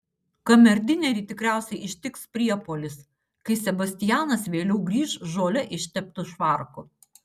kamerdinerį tikriausiai ištiks priepuolis kai sebastianas vėliau grįš žole išteptu švarku